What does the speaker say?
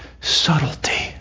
Subtlety